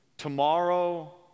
Tomorrow